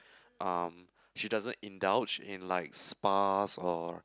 um she doesn't indulge in like spas or